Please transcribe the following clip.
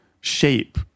shape